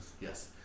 Yes